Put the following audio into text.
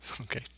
Okay